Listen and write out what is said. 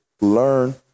learn